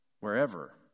wherever